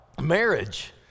marriage